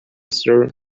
zach